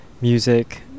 music